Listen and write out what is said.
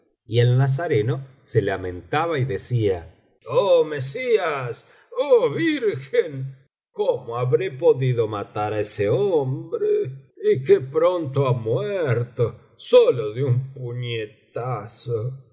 y el nazareno se lamentaba y decía oh mesías oh virgen cómo habré podido matar á ese hombre y qué pronto ha muerto sólo de un puñetazo